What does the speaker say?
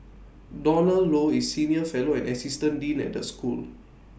Donald low is senior fellow and assistant dean at the school